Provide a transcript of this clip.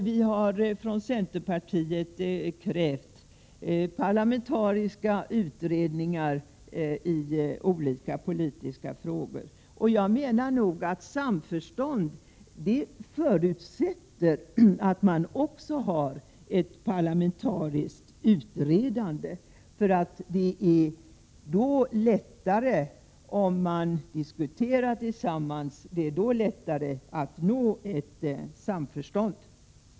Vi har från centerpartiet krävt parlamentariska utredningar i olika politiska frågor. Jag menar att samförstånd också förutsätter ett parlamentariskt utredande. Om man diskuterar tillsammans är det lättare att nå ett samförstånd.